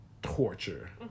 Torture